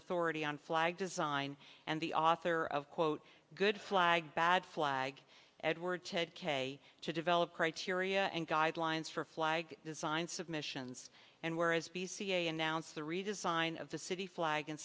authority on flag design and the author of quote good flag bad flag edward ted k a to develop criteria and guidelines for flag design submissions and whereas p c a announced the redesign of the city flag in